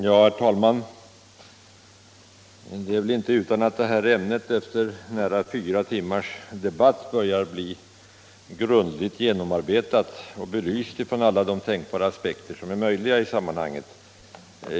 Herr talman! Det är väl inte utan att detta ämne efter nära fyra timmars debatt börjar bli grundligt genomarbetat och belyst ur alla tänkbara aspekter i sammanhanget.